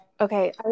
okay